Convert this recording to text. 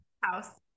house